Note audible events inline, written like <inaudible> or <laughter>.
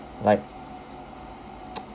like <noise>